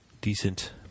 decent